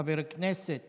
חבר הכנסת